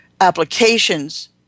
applications